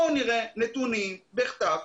בואו נראה נתונים בכתב,